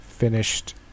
finished